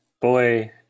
boy